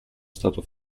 stato